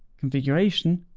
configuration,